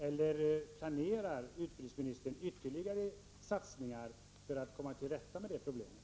Planerar utbildningsministern ytterligare satsningar för att komma till rätta med det problemet?